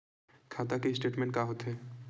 खाता के स्टेटमेंट का होथे?